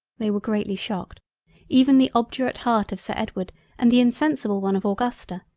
they were greatly shocked even the obdurate heart of sir edward and the insensible one of augusta,